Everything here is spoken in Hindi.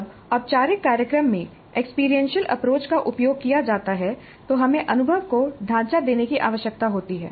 जब औपचारिक कार्यक्रम में एक्सपीरियंशियल अप्रोच का उपयोग किया जाता है तो हमें अनुभव को ढांचा देने की आवश्यकता होती है